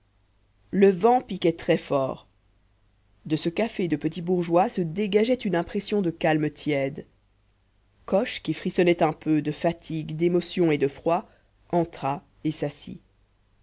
le vent piquait très fort de ce café de petits bourgeois se dégageait une impression de calme tiède coche qui frissonnait un peu de fatigue d'émotion et de froid entra et s'assit